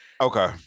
okay